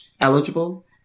eligible